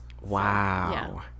Wow